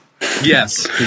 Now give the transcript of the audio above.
Yes